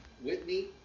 Whitney